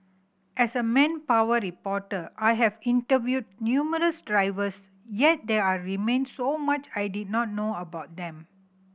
as a manpower reporter I have interviewed numerous drivers yet there remained so much I did not know about them